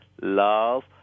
love